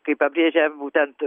kaip pabrėžia būtent